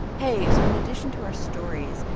hey. so in addition to our stories,